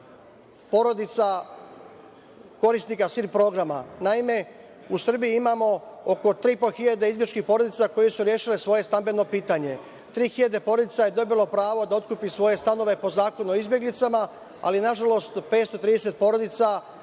porodica, korisnika SIR programa. Naime, u Srbiji imamo oko 3.500 izbegličkih porodica koje su rešile svoje stambeno pitanje. Tri hiljade porodica je dobilo pravo da otkupi svoje stanove po Zakonu o izbeglicama, ali, nažalost, 530 porodica